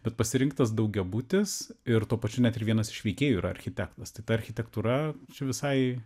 bet pasirinktas daugiabutis ir tuo pačiu net ir vienas iš veikėjų yra architektas tai ta architektūra visai